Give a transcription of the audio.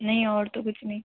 नहीं और तो कुछ नहीं